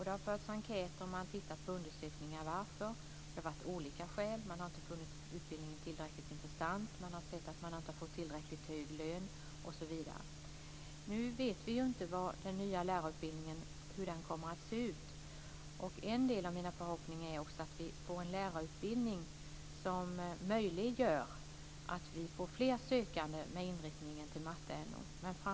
Det har gjorts enkätundersökningar varför. Det är olika skäl. Man har inte funnit utbildningen tillräckligt intressant, man har inte fått tillräckligt hög lön osv. Nu vet vi inte hur den nya lärarutbildningen kommer att se ut. Min förhoppning är att vi får en lärarutbildning som gör att vi får fler sökande med inriktningen till matte och NO.